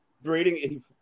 Breeding